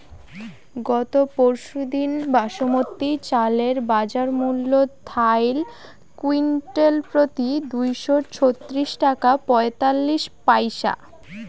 গত পরশুদিন বাসমতি চালের বাজারমূল্য থাইল কুইন্টালপ্রতি দুইশো ছত্রিশ টাকা পঁয়তাল্লিশ পইসা